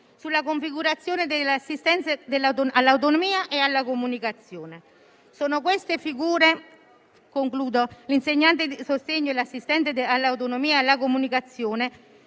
sulla configurazione dell'assistenza all'autonomia e alla comunicazione. In conclusione, sono queste le figure - l'insegnante di sostegno e l'assistente all'autonomia e alla comunicazione